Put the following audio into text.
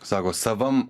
sako savam